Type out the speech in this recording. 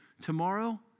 Tomorrow